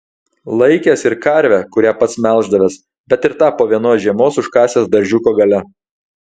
laikęs ir karvę kurią pats melždavęs bet ir tą po vienos žiemos užkasęs daržiuko gale